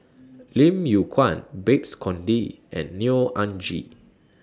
Lim Yew Kuan Babes Conde and Neo Anngee